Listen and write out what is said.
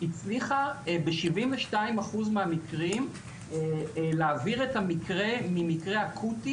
הצליחה ב-72 אחוז מהמקרים להעביר את המקרה ממקרה אקוטי,